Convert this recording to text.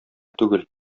түгел